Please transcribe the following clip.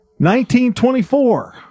1924